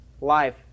life